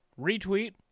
Retweet